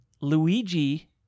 luigi